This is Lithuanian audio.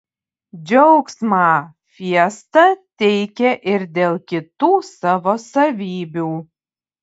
džiaugsmą fiesta teikia ir dėl kitų savo savybių